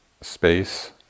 space